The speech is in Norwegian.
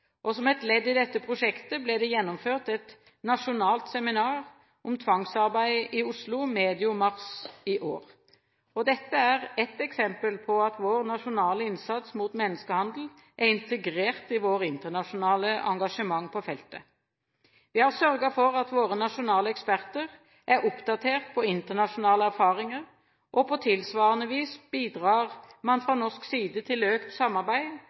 internasjonalt. Som et ledd i dette prosjektet ble det gjennomført et nasjonalt seminar om tvangsarbeid i Oslo medio mars i år. Dette er ett eksempel på at vår nasjonale innsats mot menneskehandel er integrert i vårt internasjonale engasjement på feltet. Vi har sørget for at våre nasjonale eksperter er oppdatert på internasjonale erfaringer, og på tilsvarende vis bidrar man fra norsk side til økt samarbeid